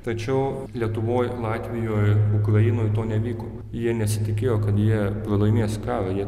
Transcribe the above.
tačiau lietuvoj latvijoj ukrainoj to nevyko jie nesitikėjo kad jie pralaimės karą jie